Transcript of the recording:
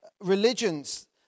religions